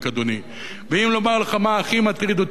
ואם לומר לך מה הכי מטריד אותי ברגע זה,